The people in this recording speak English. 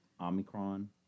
omicron